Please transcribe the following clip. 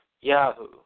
Yahoo